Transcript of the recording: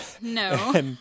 No